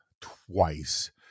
twice